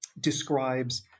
describes